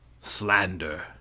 slander